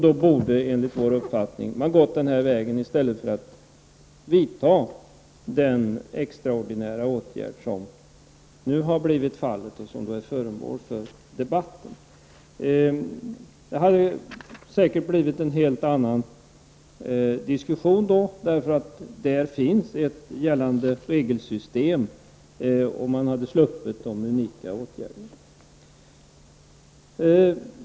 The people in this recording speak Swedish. Då borde man enligt vår uppfattning ha gått den vägen i stället för att vidta den extraordinära åtgärd som nu är aktuell och som är föremål för debatt. Det hade då säkert blivit en helt annan diskussion. Det finns ju ett gällande regelsystem. Man skulle ha sluppit sådana här unika åtgärder.